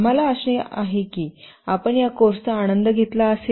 आम्हाला आशा आहे की आपण या कोर्सचा आनंद घेतला असेल